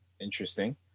Interesting